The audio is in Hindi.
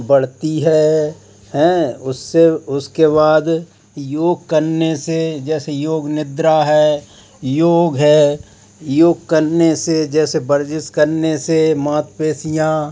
बढ़ती है हैं उससे उसके बाद योग करने से जैसे योग निद्रा है योग है योग करने से जैसे वर्जिश करने से मांसपेशियां